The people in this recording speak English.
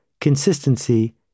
consistency